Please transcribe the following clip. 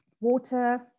water